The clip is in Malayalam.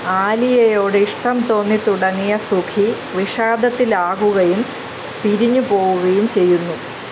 ആലിയയോട് ഇഷ്ടം തോന്നി തുടങ്ങിയ സുഖി വിഷാദത്തിലാകുകയും പിരിഞ്ഞ് പോവുകയും ചെയ്യുന്നു